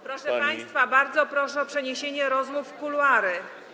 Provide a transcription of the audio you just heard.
Proszę państwa, bardzo proszę o przeniesienie rozmów do kuluarów.